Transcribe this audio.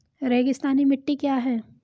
रेगिस्तानी मिट्टी क्या है?